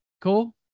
Cool